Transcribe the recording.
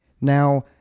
Now